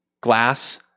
glass